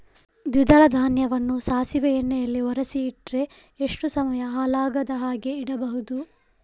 ದ್ವಿದಳ ಧಾನ್ಯವನ್ನ ಸಾಸಿವೆ ಎಣ್ಣೆಯಲ್ಲಿ ಒರಸಿ ಇಟ್ರೆ ಎಷ್ಟು ಸಮಯ ಹಾಳಾಗದ ಹಾಗೆ ಇಡಬಹುದು?